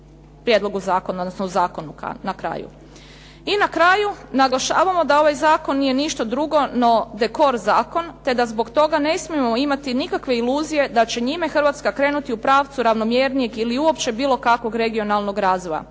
I na kraju naglašavamo da ovaj zakon nije ništa drugo no dekor zakon, te da zbog toga ne smijemo imati nikakve iluzije da će njime Hrvatska krenuti u pravcu ravnomjernijeg ili uopće bilo kakvog regionalnog razvoja.